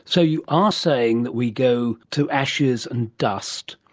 so you are saying that we go to ashes and dust,